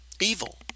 evil